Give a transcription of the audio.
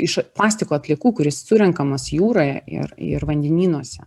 iš plastiko atliekų kuris surenkamas jūroje ir ir vandenynuose